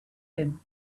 him